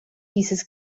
dieses